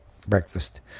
breakfast